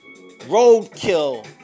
roadkill